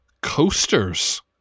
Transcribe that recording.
coasters